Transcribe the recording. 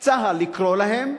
צה"ל לקרוא להם,